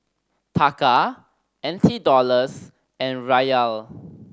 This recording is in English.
Taka N T Dollars and Riyal